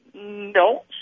No